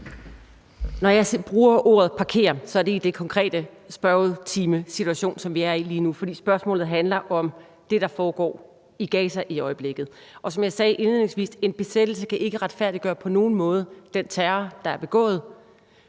Når jeg bruger ordet parkere, er det i den konkrete spørgetimesituation, som vi er i lige nu. For spørgsmålet handler om det, der foregår i Gaza i øjeblikket, og som jeg sagde indledningsvis, kan en besættelse ikke retfærdiggøre, på nogen måde, den terror, der er begået.